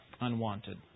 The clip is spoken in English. unwanted